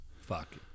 Fuck